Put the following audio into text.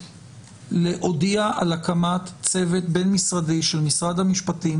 להודיע על הקמת צוות בין-משרדי של משרד המשפטים,